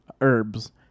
herbs